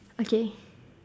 okay